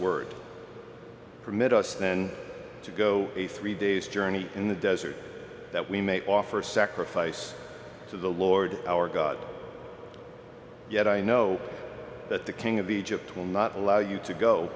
word permit us then to go a three days journey in the desert that we may offer sacrifice to the lord our god yet i know that the king of egypt will not allow you to go